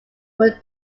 were